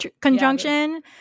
conjunction